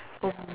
um